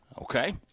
Okay